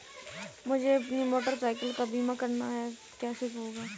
मुझे अपनी motorcycle का बीमा करना है कैसे होगा?